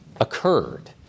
occurred